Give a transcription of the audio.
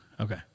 Okay